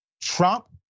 Trump